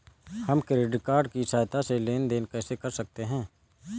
हम credit card की सहायता से लेन देन कैसे कर सकते हैं?